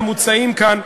המוצעים כאן,